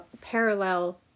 parallel